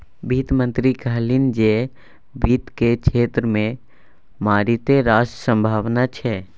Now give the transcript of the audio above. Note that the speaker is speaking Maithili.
वित्त मंत्री कहलनि जे वित्त केर क्षेत्र मे मारिते रास संभाबना छै